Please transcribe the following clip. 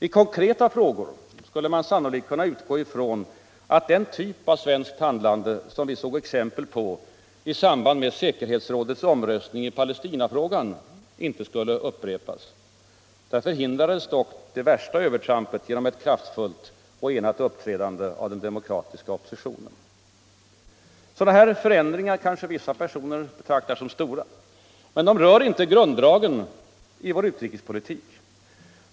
I konkreta frågor skulle man sannolikt kunna utgå ifrån att den typ av svenskt handlande som vi såg exempel på i samband med säkerhetsrådets omröstning i Palestinafrågan inte skulle upprepas. Där förhindrades dock det värsta övertrampet genom ett kraftfullt och enat uppträdande av den demokratiska oppositionen. Sådana här förändringar kanske vissa personer betraktar som stora. : Men de rör inte grunddragen i vår utrikespolitik.